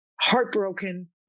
heartbroken